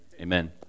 Amen